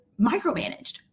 micromanaged